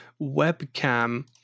webcam